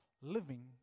living